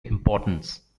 importance